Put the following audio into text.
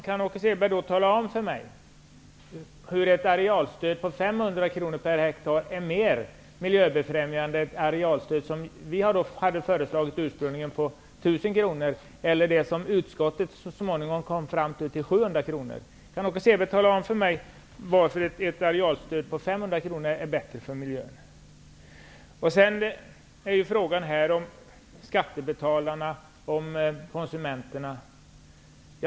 Kan Åke Selberg tala om för mig hur ett arealstöd på 500 kr per hektar är mer miljöbefrämjande än det arealstöd på 1 000 kr som vi ursprungligen hade föreslagit, eller det på 700 kr som utskottet så småningom kom fram till? Kan Åke Selberg tala om för mig varför ett arealstöd på 500 kr är bättre för miljön? Det talades här om skattebetalarna och konsumenterna.